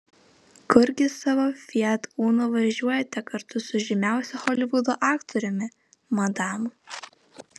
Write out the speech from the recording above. kurgi savo fiat uno važiuojate kartu su žymiausiu holivudo aktoriumi madam